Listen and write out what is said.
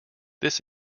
this